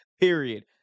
period